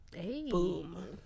Boom